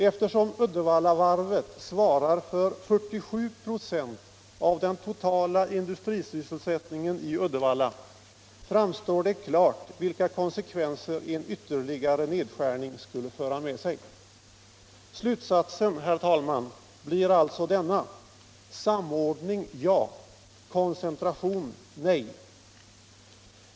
Eftersom Uddevallavarvet svarar för 47 96 av den totala industrisysselsättningen i Uddevalla framstår det klart vilka konsekvenser en ytterligare nedskärning skulle föra med sig. Slutsatsen, herr talman, blir alltså denna: Samordning ja! Koncentration nej!